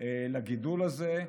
לגידול הזה.